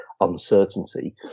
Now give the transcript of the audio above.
uncertainty